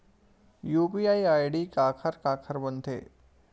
UPI ID काखर काखर बनथे?